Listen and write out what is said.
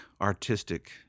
artistic